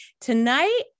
tonight